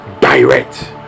direct